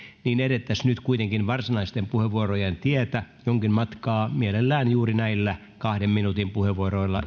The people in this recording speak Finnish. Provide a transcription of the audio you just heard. niin edettäisiin nyt kuitenkin varsinaisten puheenvuorojen tietä jonkin matkaa mielellään juuri näillä kahden minuutin puheenvuoroilla